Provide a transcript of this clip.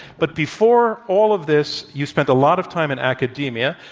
but before all of this, you spent a lot of time in academia.